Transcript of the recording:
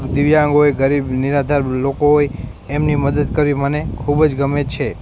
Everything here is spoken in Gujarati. દિવ્યાંગ હોય ગરીબ નિરાધાર લોકો હોય એમની મદદ કરવી મને ખૂબ જ ગમે છે